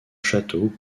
château